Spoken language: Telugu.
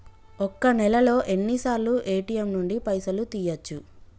ఒక్క నెలలో ఎన్నిసార్లు ఏ.టి.ఎమ్ నుండి పైసలు తీయచ్చు?